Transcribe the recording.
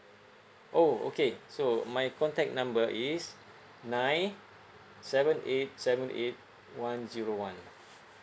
oh okay so my contact number is nine seven eight seven eight one zero one